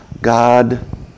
God